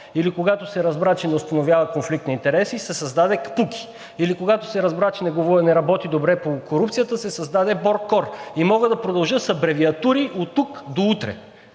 или когато се разбра, че не установява конфликт на интереси – се създаде КПУКИ, или когато се разбра, че не работи добре по корупцията – се създаде БОРКОР. И мога да продължа с абревиатури оттук до утре.